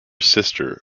sister